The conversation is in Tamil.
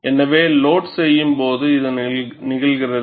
எனவே லோட் செய்யும் போது இது நிகழ்கிறது